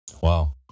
Wow